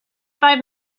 five